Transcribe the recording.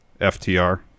FTR